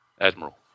Admiral